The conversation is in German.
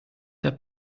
der